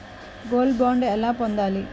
Gold bond ఎలా పొందాలి?